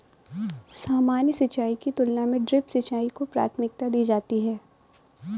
सामान्य सिंचाई की तुलना में ड्रिप सिंचाई को प्राथमिकता दी जाती है